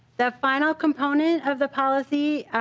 the final component of the policy